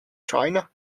china